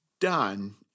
done